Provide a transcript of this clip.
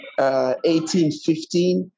1815